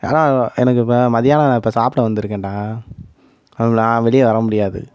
ஆனால் எனக்கு இப்போ மத்தியானம் நான் இப்போ சாப்பிட வந்திருக்கேன்டா நான் வெளியே வர முடியாது